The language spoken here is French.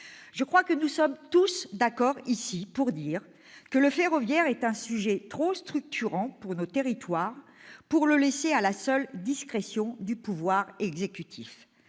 ferroviaire. Nous sommes tous d'accord ici pour dire que le ferroviaire est un sujet trop structurant pour nos territoires pour le laisser à la seule discrétion du pouvoir exécutif.